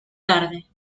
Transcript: tarde